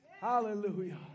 Hallelujah